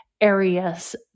areas